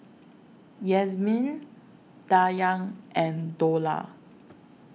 Yasmin Dayang and Dollah